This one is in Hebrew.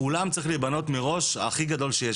האולם צריך להיבנות מראש הכי גדול שיש.